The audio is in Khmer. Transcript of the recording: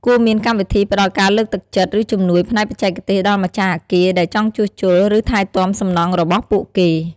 គួរមានកម្មវិធីផ្តល់ការលើកទឹកចិត្ត ឬជំនួយផ្នែកបច្ចេកទេសដល់ម្ចាស់អគារដែលចង់ជួសជុល ឬថែទាំសំណង់របស់ពួកគេ។